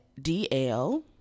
DL